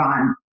on